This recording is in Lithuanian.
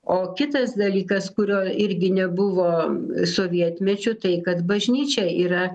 o kitas dalykas kurio irgi nebuvo sovietmečiu tai kad bažnyčia yra